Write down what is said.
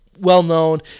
well-known